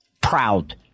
proud